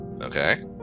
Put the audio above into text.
Okay